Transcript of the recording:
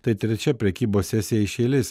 tai trečia prekybos sesija iš eilės